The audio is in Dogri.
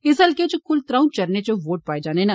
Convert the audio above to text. इस हलके च क्ल त्रंऊ चरणें च वोट पोआए जाने न